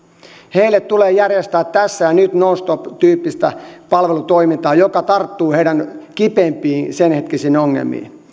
heille tulee järjestää tässä ja nyt nonstop tyyppistä palvelutoimintaa joka tarttuu heidän kipeimpiin senhetkisiin ongelmiinsa